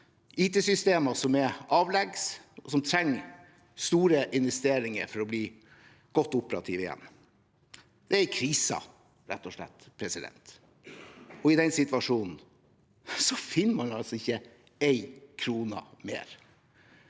IT-systemer som er avleggs, og som trenger store investeringer for å bli godt operative igjen. Det er rett og slett en krise, og i den situasjonen finner man altså ikke én krone mer.